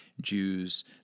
Jews